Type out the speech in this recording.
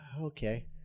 Okay